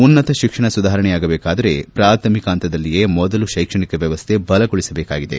ಉನ್ನತ ಶಿಕ್ಷಣ ಸುಧಾರಣೆಯಾಗಬೇಕಾದರೆ ಪ್ರಾಥಮಿಕಹಂತದಲ್ಲಿಯೇ ಮೊದಲು ತೈಕ್ಷಣಿಕ ವ್ಯವಸ್ಥೆ ಬಲಗೊಳಿಸಬೇಕಾಗಿದೆ